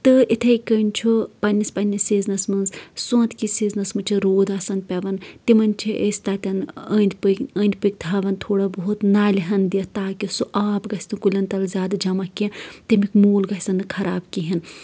تہٕ اِتھَے کٔنۍ چھُ پنٛنِس پنٛنِس سیٖزنَس منٛز سونٛتھ کِس سیٖزنَس منٛز چھِ روٗد آسان پٮ۪وان تِمَن چھِ أسۍ تَتٮ۪ن أندۍ پٔکۍ أندۍ پٔکۍ تھَوان تھوڑا بہت نالہِ ہن دِتھ تاکہ سُہ آب گَژھِ نہٕ کُلٮ۪ن تَل زیادٕ جمع کینٛہہ تَمیُٚک موٗل گژھن نہٕ خراب کِہیٖنۍ